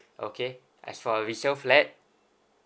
okay as for a resale flat